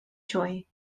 joy